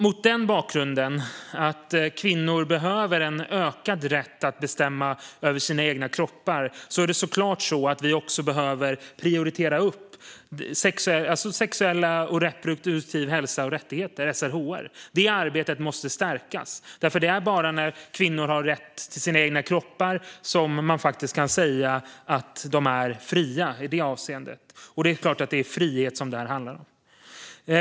Mot den bakgrunden, att kvinnor behöver en ökad rätt att bestämma över sina egna kroppar, behöver vi såklart också prioritera sexuell och reproduktiv hälsa och rättigheter, SRHR. Det arbetet måste stärkas. Det är nämligen bara när kvinnor har rätt till sina egna kroppar som man kan säga att de är fria i det avseendet. Och det här handlar såklart om frihet.